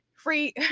free